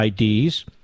IDs